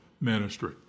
ministry